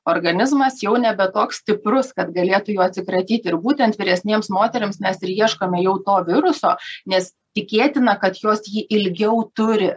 organizmas jau nebe toks stiprus kad galėtų juo atsikratyt ir būtent vyresnėms moterims mes ir ieškome jau to viruso nes tikėtina kad jos jį ilgiau turi